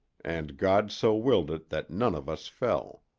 and god so willed it that none of us fell.